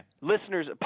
listeners